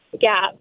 gap